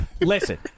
Listen